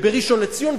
ובראשון-לציון,